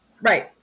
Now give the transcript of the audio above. Right